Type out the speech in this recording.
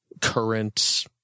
current